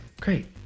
Great